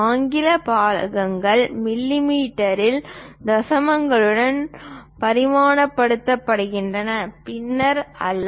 ஆங்கில பாகங்கள் மிமீ இல் தசமங்களுடன் பரிமாணப்படுத்தப்படுகின்றன பின்னங்கள் அல்ல